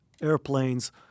airplanes